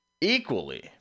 equally